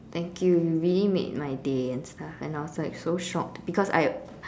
thank you you really made my day and stuff and I was like so shocked because I